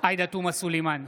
עאידה תומא סלימאן,